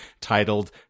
titled